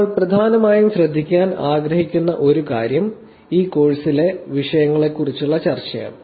നമ്മൾ പ്രധാനമായും ശ്രദ്ധിക്കാൻ ആഗ്രഹിക്കുന്ന ഒരു കാര്യം ഈ കോഴ്സിലെ വിഷയങ്ങളെക്കുറിച്ചുള്ള ചർച്ചയാണ്